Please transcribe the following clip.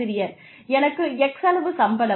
எனக்கு x அளவு சம்பளம்